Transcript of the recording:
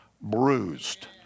bruised